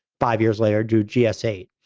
five years later, do g s eight,